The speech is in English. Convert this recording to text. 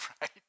right